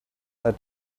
are